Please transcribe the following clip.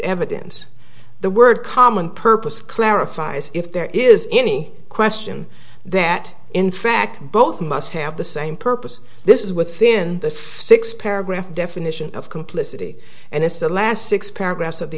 evidence the word common purpose clarifies if there is any question that in fact both must have the same purpose this is within the six paragraph definition of complicity and it's the last six paragraphs of the